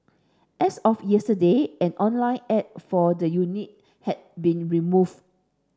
as of yesterday an online ad for the unit had been removed